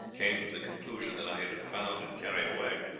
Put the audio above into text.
came to the conclusion that i had been found and carried away,